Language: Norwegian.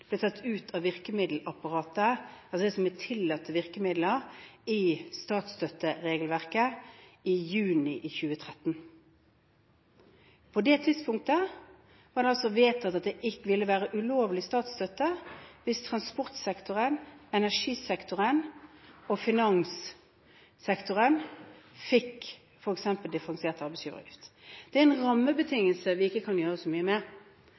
ble tatt ut av virkemiddelapparatet, altså det som er tillatte virkemidler i statsstøtteregelverket, i juni 2013. På det tidspunktet var det altså vedtatt at det ville være ulovlig statsstøtte hvis transportsektoren, energisektoren og finanssektoren fikk f.eks. differensiert arbeidsgiveravgift. Det er en rammebetingelse vi ikke kan gjøre så mye med.